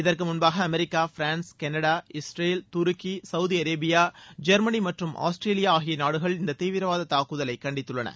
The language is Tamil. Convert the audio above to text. இதற்கு முன்பாக அமெரிக்கா பிரான்ஸ் கனடா இஸ்ரேல் துருக்கி சவுதி அரேபியா ஜெர்மனி மற்றும் ஆஸ்திரேலியா ஆகிய நாடுகள் இந்த தீவிரவாத தாக்குதலை கண்டித்துள்ளன